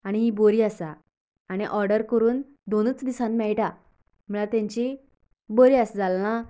आनी ही बरी आसा आनी ओर्डर करून दोनूच दिसान मेळटा म्हणल्यार तेंची बरी आसा जाल ना